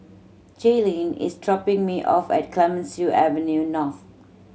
Jaylynn is dropping me off at Clemenceau Avenue North